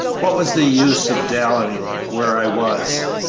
what was the use of dallying where i was?